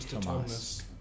thomas